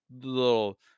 little